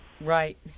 right